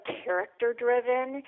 character-driven